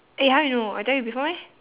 eh how you know I tell you before meh